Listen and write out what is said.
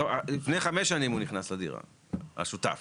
לפני חמש שנים הוא נכנס לדירה, השותף.